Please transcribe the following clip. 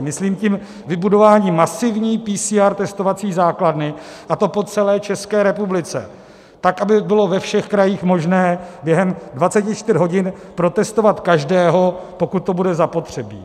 Myslím tím vybudování masivní PCR testovací základny, a to po celé České republice, tak aby bylo ve všech krajích možné během 24 hodin protestovat každého, pokud to bude zapotřebí.